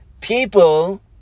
people